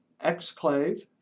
Exclave